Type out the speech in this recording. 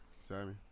Sammy